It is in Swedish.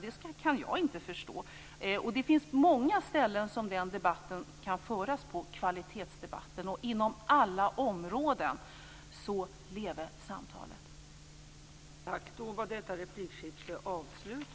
Det kan jag inte förstå. Det finns många ställen kvalitetsdebatten kan föras på. Jag säger inom alla områden: Leve samtalet!